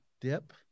dip